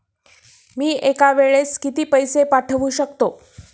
मी एका वेळेस किती पैसे पाठवू शकतो?